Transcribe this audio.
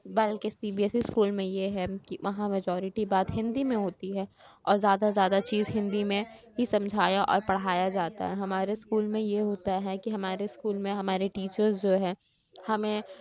بلکہ C B S E school میں یہ ہے کہ وہاں میجورٹی بات ہندی میں ہوتی ہے اور زیادہ زیادہ چیز ہندی میں ہی سمجھایا اور پڑھایا جاتا ہے ہمارے اسکول میں یہ ہوتا ہے کہ ہمارے اسکول میں ہمارے ٹیچرز جو ہے ہمیں